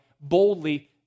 boldly